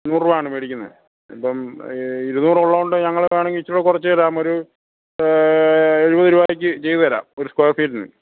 നൂറ് രൂപയാണ് വേടിക്കുന്നത് ഇപ്പം ഈ ഇരുന്നൂറ് ഉള്ളതുകൊണ്ട് ഞങ്ങൾ വേണമെങ്കിൽ ഇച്ചിരി കുറച്ച് തരാം ഒരു എഴുപത് രൂപയ്ക്ക് ചെയ്ത് തരാം ഒരു സ്ക്വയർ ഫീറ്റിന്